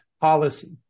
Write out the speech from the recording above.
policy